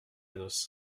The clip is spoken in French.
noce